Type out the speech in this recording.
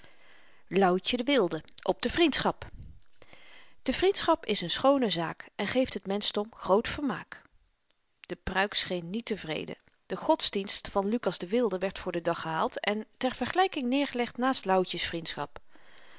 louwtje de wilde op de vriendschap de vriendschap is een schoone zaak en geeft het menschdom groot vermaak de pruik scheen niet tevreden de godsdienst van lukas de wilde werd voor den dag gehaald en ter vergelyking neergelegd naast louwtjes vriendschap